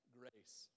grace